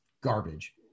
garbage